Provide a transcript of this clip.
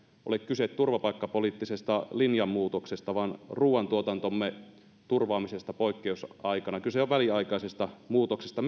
ole kyse turvapaikkapoliittisesta linjanmuutoksesta vaan ruoantuotantomme turvaamisesta poikkeusaikana kyse on väliaikaisesta muutoksesta